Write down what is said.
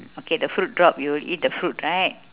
okay the fruit drop you will eat the fruit right